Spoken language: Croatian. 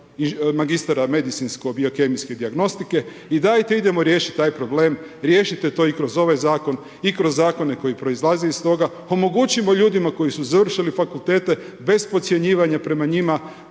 i dajte idemo riješiti taj problem, riješite to i kroz ovaj zakon i kroz zakone koji proizlaze iz toga, omogućimo ljudima koji su završili fakultete bez podcjenjivanja prema njima